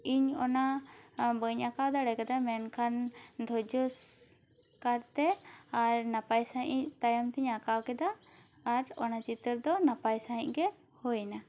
ᱤᱧ ᱚᱱᱟ ᱵᱟᱹᱧ ᱟᱸᱠᱟᱣ ᱫᱟᱲᱮ ᱠᱟᱫᱟ ᱢᱮᱱᱠᱷᱟᱱ ᱫᱷᱚᱡᱚᱥ ᱠᱟᱨ ᱛᱮ ᱟᱨ ᱱᱟᱯᱟᱭ ᱥᱟᱹᱦᱤᱡ ᱤᱧ ᱛᱟᱭᱚᱢ ᱛᱤᱧ ᱟᱸᱠᱟᱣ ᱠᱮᱫᱟ ᱟᱨ ᱚᱱᱟ ᱪᱤᱛᱟᱹᱨ ᱫᱚ ᱱᱟᱯᱟᱭ ᱥᱟᱹᱦᱤᱡ ᱜᱮ ᱦᱩᱭ ᱮᱱᱟ